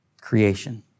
creation